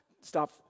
Stop